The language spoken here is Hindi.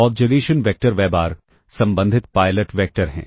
ऑब्जर्वेशन वेक्टर y बार संबंधित पायलट वेक्टर हैं